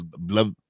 love